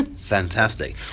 Fantastic